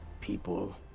people